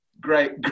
Great